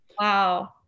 Wow